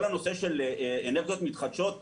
כל הנושא של אנרגיות מתחדשות,